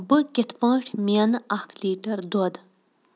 بہٕ کِتھ پٲٹھۍ مینہٕ اَکھ لیٖٹَر دۄد